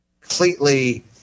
completely